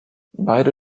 beide